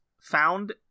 found